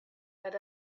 had